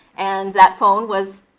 and that phone was,